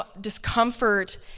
discomfort